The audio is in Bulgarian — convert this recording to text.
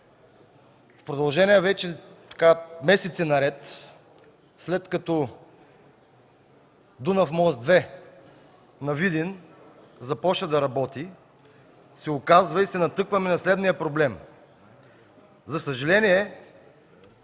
в продължение вече на месеци наред, след като Дунав мост 2 на Видин започна да работи, се натъкваме на следния проблем. За съжаление,